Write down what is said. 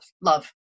love